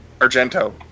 Argento